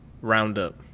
Roundup